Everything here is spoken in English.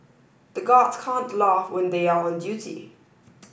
the guards can't laugh when they are on duty